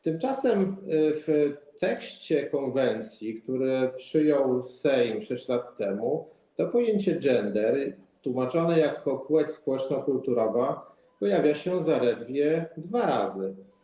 Tymczasem w tekście konwencji, którą Sejm przyjął 6 lat temu, to pojęcie „gender”, tłumaczone jako płeć społeczno-kulturowa, pojawia się zaledwie dwa razy.